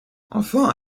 enfin